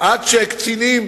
עד שקצינים